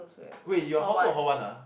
wait you're hall two or hall one ah